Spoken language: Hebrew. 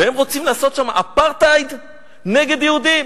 והם רוצים לעשות שם אפרטהייד נגד יהודים,